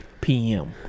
PM